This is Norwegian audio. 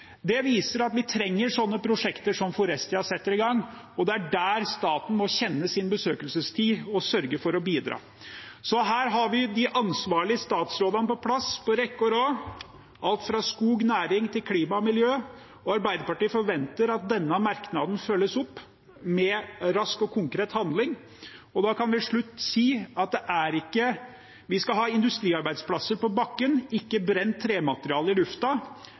Det viser at vi trenger slike prosjekter som Forestia setter i gang, og det er der staten må kjenne sin besøkelsestid og sørge for å bidra. Her har vi de ansvarlige statsrådene på plass, på rekke og rad – alt fra skog, næring til klima og miljø – og Arbeiderpartiet forventer at denne merknaden følges opp med rask og konkret handling. Da kan jeg til slutt si: Vi skal ha industriarbeidsplasser på bakken, ikke brent tremateriale i lufta,